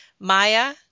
Maya